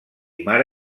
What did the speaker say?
mare